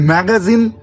Magazine